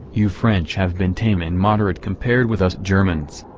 you french have been tame and moderate compared with us germans.